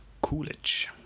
Coolidge